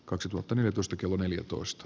kaksituhattaneljätoista kello neljätoista